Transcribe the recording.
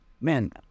Man